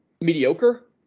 mediocre